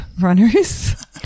runners